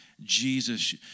Jesus